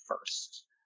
first